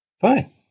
Fine